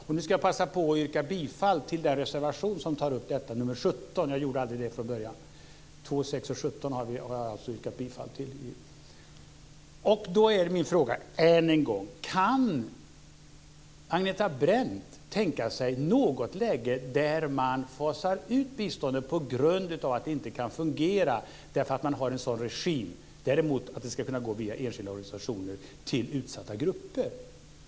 Jag ska passa på att yrka bifall till den reservation där detta tas upp, reservation nr 17 - jag gjorde aldrig det i mitt anförande. Jag yrkar alltså bifall till reservationerna nr 2, 6 och 17. Då är min fråga än en gång: Kan Agneta Brendt tänka sig något läge där man fasar ut biståndet därför att det inte fungerar på grund av regimen? Däremot ska det utgå bistånd via enskilda organisationer till utsatta grupper.